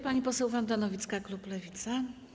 Pani poseł Wanda Nowicka, klub Lewica.